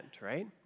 right